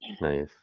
Nice